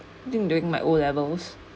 during during my O levels